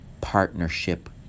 partnership